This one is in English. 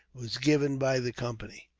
was given by the company.